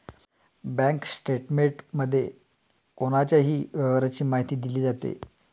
bank स्टेटमेंटमध्ये कोणाच्याही व्यवहाराची माहिती दिली जाते